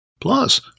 Plus